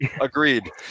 Agreed